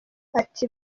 ati